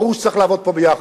ברור שצריך לעבוד פה ביחד.